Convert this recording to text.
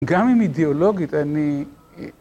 גם אם אידאולוגית, אני...